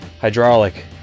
hydraulic